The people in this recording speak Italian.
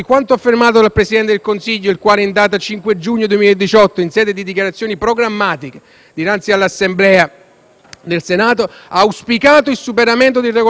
Le comunicazioni del presidente Conte, in vista del Consiglio europeo del 18 ottobre 2018, hanno avuto ad oggetto la gestione condivisa multilivello dei flussi migratori,